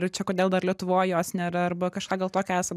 ir čia kodėl dar lietuvoj jos nėra arba kažką gal tokio esat